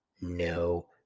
no